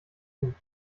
tun